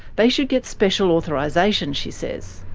they should get special authorisation, she says.